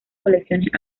colecciones